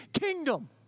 kingdom